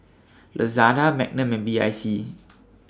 Lazada Magnum and B I C